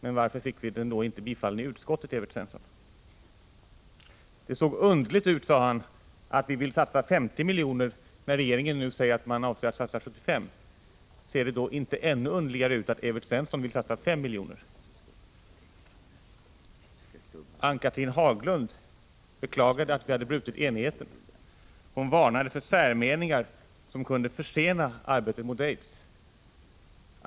Men varför fick vi den då inte tillstyrkt av utskottet, Evert Svensson? Det såg underligt ut, sade han, att vi vill satsa 50 milj.kr. när regeringen nu säger att man avser att satsa 75 milj.kr. Ser det då inte ännu underligare ut att Evert Svensson vill satsa 5 milj.kr.? Ann-Cathrine Haglund beklagade att vi hade brutit enigheten. Hon varnade för särmeningar som kunde försena arbetet mot aids.